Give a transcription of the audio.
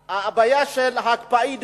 הבעיה של ההקפאה היא דחופה,